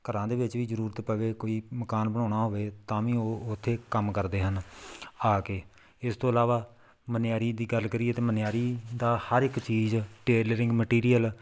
ਘਰਾਂ ਦੇ ਵਿੱਚ ਵੀ ਜ਼ਰੂਰਤ ਪਵੇ ਕੋਈ ਮਕਾਨ ਬਣਾਉਣਾ ਹੋਵੇ ਤਾਂ ਵੀ ਉਹ ਉੱਥੇ ਕੰਮ ਕਰਦੇ ਹਨ ਆ ਕੇ ਇਸ ਤੋਂ ਇਲਾਵਾ ਮਨਿਆਰੀ ਦੀ ਗੱਲ ਕਰੀਏ ਤਾਂ ਮਨਿਆਰੀ ਦਾ ਹਰ ਇੱਕ ਚੀਜ਼ ਟਰੇਲਰਿੰਗ ਮਟੀਰੀਅਲ